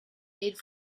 made